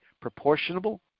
proportionable